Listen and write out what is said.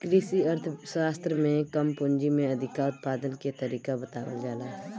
कृषि अर्थशास्त्र में कम पूंजी में अधिका उत्पादन के तरीका बतावल जाला